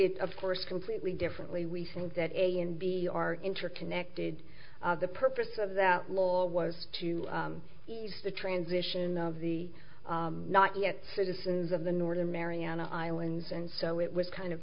it of course completely differently we think that a and b are interconnected the purpose of that law was to ease the transition of the not yet citizens of the northern mariana islands and so it was kind of